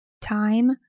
time